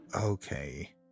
Okay